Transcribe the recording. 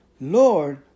Lord